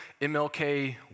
MLK